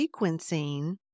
sequencing